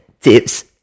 Tips